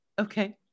Okay